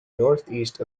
northeast